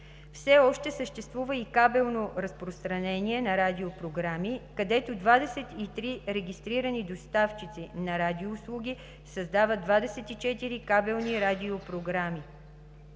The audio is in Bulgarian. Все още съществува и кабелно разпространение на радиопрограми, където 23 регистрирани доставчици на радиоуслуги създават 24 кабелни радиопрограми.